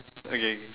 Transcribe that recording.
okay kay